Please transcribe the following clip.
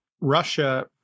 Russia